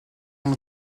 sont